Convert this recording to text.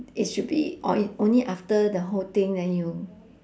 it should be on~ only after the whole thing then you